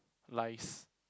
lies